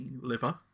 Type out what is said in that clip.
liver